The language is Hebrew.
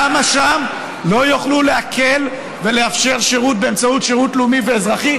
למה שם לא יוכלו להקל ולאפשר שירות באמצעות שירות לאומי ואזרחי,